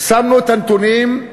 שמנו את הנתונים: